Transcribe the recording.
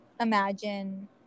imagine